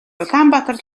улаанбаатар